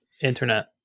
internet